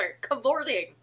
cavorting